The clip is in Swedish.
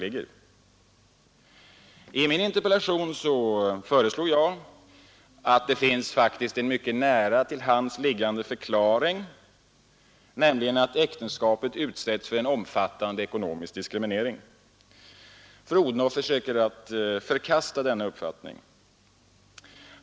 I min interpellation fastslog jag att det finns en mycket nära till hands liggande förklaring, nämligen att äktenskapet utsätts för en omfattande ekonomisk diskriminering. Fru Odhnoff försöker förkasta denna uppfattning.